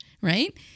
right